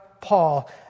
Paul